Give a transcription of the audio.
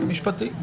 בהליך המשפטי.